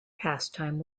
pastime